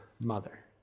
mother